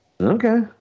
Okay